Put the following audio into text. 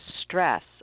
stress